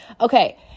okay